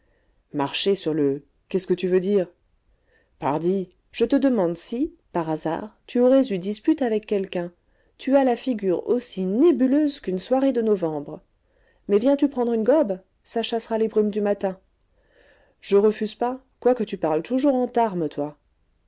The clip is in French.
marché sur le qu'est-ce que tu veux dire pardi je te demande si par hasard tu aurais eu dispute avec quelqu'un tu as la figure aussi nébuleuse qu'une soirée de novembre mais viens-tu prendre une gobe ça chassera les brumes du matin je refuse pas quoique tu parles toujours en tarmes toi